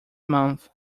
month